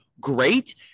great